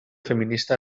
feminista